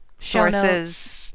sources